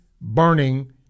burning